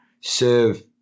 serve